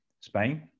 Spain